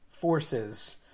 forces